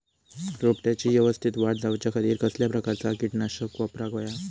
रोपट्याची यवस्तित वाढ जाऊच्या खातीर कसल्या प्रकारचा किटकनाशक वापराक होया?